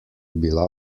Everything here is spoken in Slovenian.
bila